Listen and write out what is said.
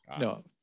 No